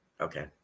Okay